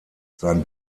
sein